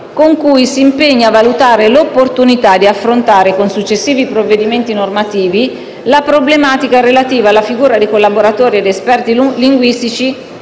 con cui si impegna a valutare l'opportunità di affrontare, con successivi provvedimenti normativi, la problematica relativa alla figura dei collaboratori ed esperti linguistici,